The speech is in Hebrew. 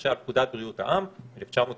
למשל פקודת בריאות העם מ-1940,